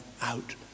out